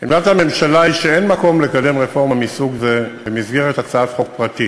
עמדת הממשלה היא שאין מקום לקדם רפורמה מסוג זה במסגרת הצעת החוק פרטית,